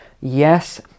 yes